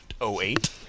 08